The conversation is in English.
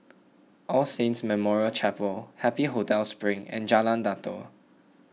All Saints Memorial Chapel Happy Hotel Spring and Jalan Datoh